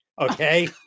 okay